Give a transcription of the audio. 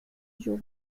الثلج